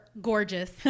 gorgeous